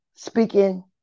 Speaking